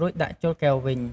រួចដាក់ចូលកែវវិញ។